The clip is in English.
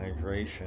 hydration